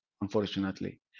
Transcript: unfortunately